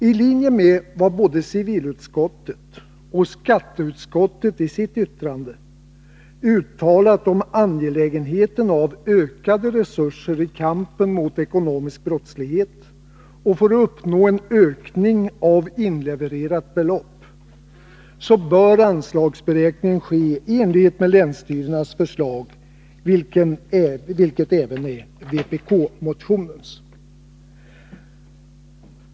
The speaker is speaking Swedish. I linje med vad såväl civilutskottet som skatteutskottet i sitt yttrande har uttalat om angelägenheten av ökade resurser i kampen mot ekonomisk brottslighet och för att vi skall uppnå en ökning av inlevererat belopp, bör anslagsberäkning ske i enlighet med länsstyrelsernas förslag, vilket även är vpk-motionens.